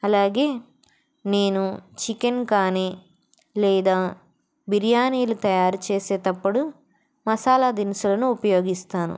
అలాగే నేను చికెన్ కానీ లేదా బిర్యానీలు తయారు చేసేటప్పుడు మసాలా దినుసులను ఉపయోగిస్తాను